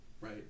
right